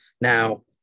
Now